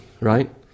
right